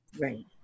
Right